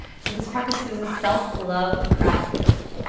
so this practice is a self love practice.